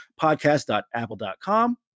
podcast.apple.com